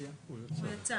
הוא יצא.